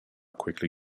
quickly